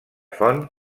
font